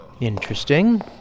Interesting